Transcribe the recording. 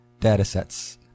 datasets